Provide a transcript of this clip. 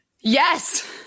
yes